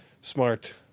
smart